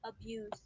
abuse